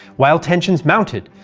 while tensions mounted,